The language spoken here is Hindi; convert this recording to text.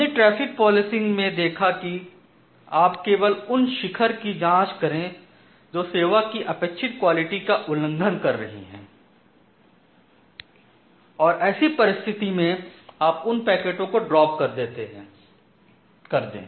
हमने ट्रैफिक पॉलिसिंग में देखा कि आप केवल उन शिखर की जांच करें जो सेवा की अपेक्षित क्वालिटी का उल्लंघन कर रही हैं और ऐसी परिस्थिति में आप उन पैकेटों को ड्राप कर दें